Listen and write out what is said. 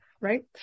right